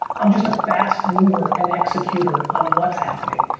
i'm just a fast mover and executor on what's happening.